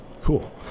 Cool